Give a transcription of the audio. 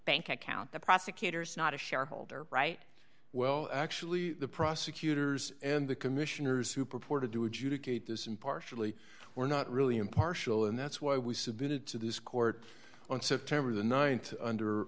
bank account the prosecutors not a shareholder right well actually the prosecutors and the commissioners who purport to do a due to create this impartially were not really impartial and that's why we submitted to this court on september the th under